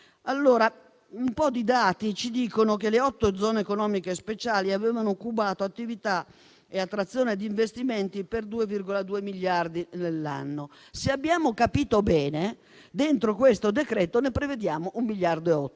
Un po' di dati ci dicono che le otto zone economiche speciali avevano cubato attività e attrazione di investimenti per 2,2 miliardi all'anno. Se abbiamo capito bene, dentro questo decreto prevediamo 1,8 miliardi.